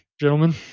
gentlemen